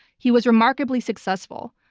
he was remarkably successful,